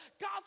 God